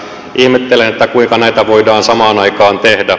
ihmettelen kuinka näitä voidaan samaan aikaan tehdä